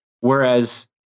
Whereas